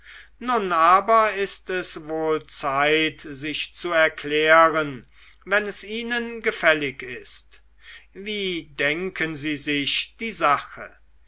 nun aber ist es wohl zeit sich zu erklären wenn es ihnen gefällig ist wie denken sie sich die sache